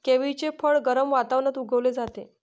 किवीचे फळ गरम वातावरणात उगवले जाते